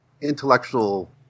intellectual